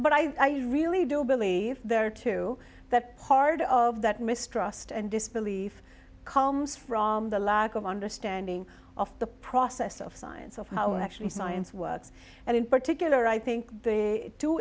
but i really do believe there are two that part of that mistrust and disbelief comes from the lack of understanding of the process of science of how and actually science works and in particular i think the